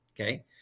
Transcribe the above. okay